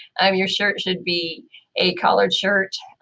um your shirt should be a collared shirt,